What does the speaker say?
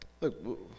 look